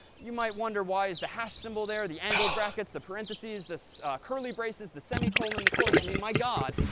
you might wonder why is the hash symbol there, the angled brackets, the parentheses, the curly braces, the semicolon, the quotes, i mean, my god,